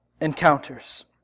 encounters